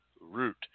root